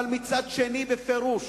אבל מצד שני בפירוש